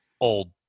old